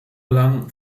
lang